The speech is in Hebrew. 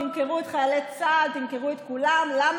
תמכרו את חיילי צה"ל, תמכרו את כולם, למה?